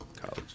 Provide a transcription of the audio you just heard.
college